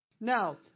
Now